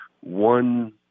one